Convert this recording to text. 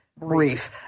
brief